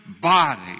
body